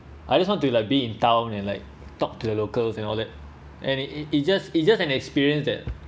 I just want to like be in town and like talk to the locals and all that and it it it just it just an experience that